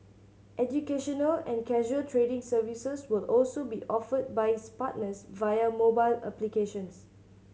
educational and casual trading services will also be offered by its partners via mobile applications